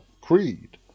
Creed